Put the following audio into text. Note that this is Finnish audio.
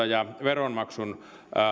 ja veronmaksun